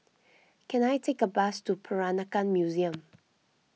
can I take a bus to Peranakan Museum